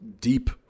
deep